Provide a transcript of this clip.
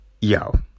Yo